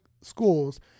schools